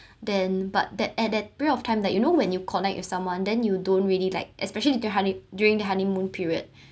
then but that at that period of time that you know when you connect with someone then you don't really like especially during hone~ during the honeymoon period